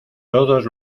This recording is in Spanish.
todos